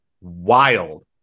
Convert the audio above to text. wild